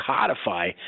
codify